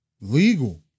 legal